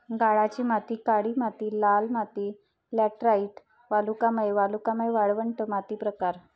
गाळाची माती काळी माती लाल माती लॅटराइट वालुकामय वालुकामय वाळवंट माती प्रकार